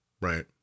Right